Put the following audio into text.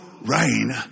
rain